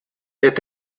est